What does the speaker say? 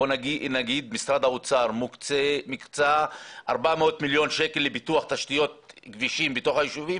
נגיד שמשרד האוצר הקצה 400 מיליון שקל לפיתוח תשתיות כבישים ביישובים